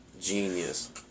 Genius